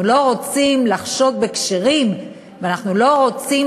אנחנו לא רוצים לחשוד בכשרים ואנחנו לא רוצים